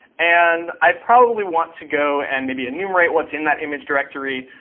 and i probably want to go and maybe enumerate what's in that image directory.